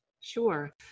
Sure